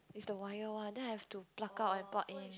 the wire one then I have to pluck out and plug in